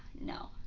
no